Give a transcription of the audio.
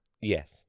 Yes